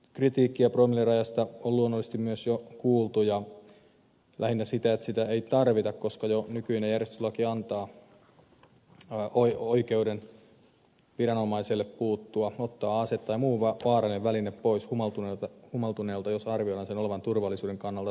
kritiikkiä promillerajasta on luonnollisesti myös jo kuultu ja lähinnä sitä että sitä ei tarvita koska jo nykyinen järjestyslaki antaa oikeuden viranomaiselle puuttua ottaa ase tai muu vaarallinen väline pois humaltuneelta jos sen arvioidaan olevan turvallisuuden kannalta tarpeellista